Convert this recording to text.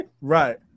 Right